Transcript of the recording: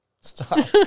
Stop